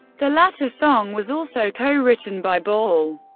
the latter song was also co-written by ball.